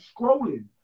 scrolling